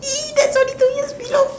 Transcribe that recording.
that's only two years below me